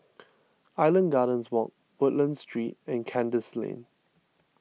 Island Gardens Walk Woodlands Street and Kandis Lane